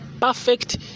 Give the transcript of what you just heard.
perfect